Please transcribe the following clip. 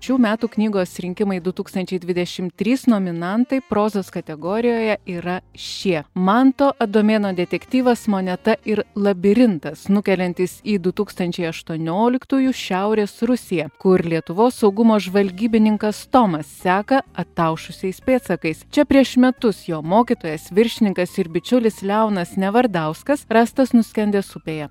šių metų knygos rinkimai du tūkstančiai dvidešimt trys nominantai prozos kategorijoje yra šie manto adomėno detektyvas moneta ir labirintas nukeliantys į du tūkstančiai aštuonioliktųjų šiaurės rusiją kur lietuvos saugumo žvalgybininkas tomas seka ataušusiais pėdsakais čia prieš metus jo mokytojas viršininkas ir bičiulis leonas nevardauskas rastas nuskendęs upėje